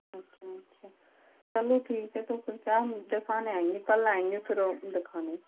अच्छा अच्छा चलो ठीक है तो फिर क्या हम दिखाने आएंगे कल आएंगे फिर दिखाने